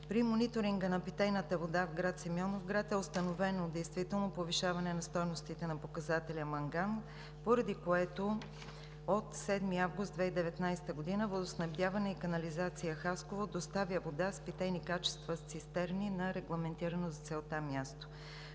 При мониторинга на питейната вода в град Симеоновград е установено действително повишаване на стойностите на показателя манган, поради което от 7 август 2019 г. Водоснабдяване и канализация – Хасково, доставя вода с питейни качества с цистерни на регламентирано за целта място.